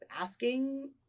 asking